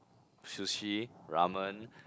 sushi ramen